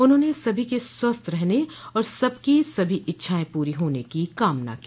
उन्होंने सभी के स्वस्थ रहने और सबकी सभी इच्छाएं पूरी होने की कामना की